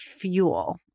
fuel